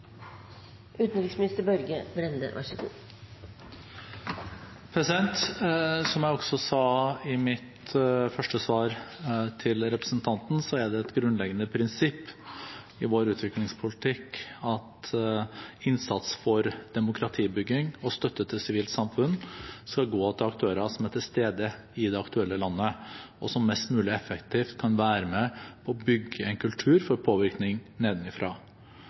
det et grunnleggende prinsipp i vår utviklingspolitikk at innsats for demokratibygging og støtte til sivilt samfunn skal gå til aktører som er til stede i det aktuelle landet, og som mest mulig effektivt kan være med og bygge en kultur for påvirkning